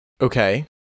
Okay